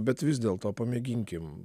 bet vis dėlto pamėginkim